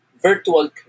Virtual